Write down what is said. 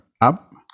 up